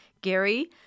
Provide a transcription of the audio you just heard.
Gary